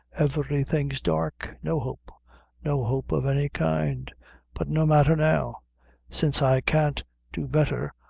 everything's dark no hope no hope of any kind but no matther now since i can't do betther,